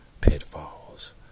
pitfalls